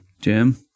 Jim